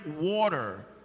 water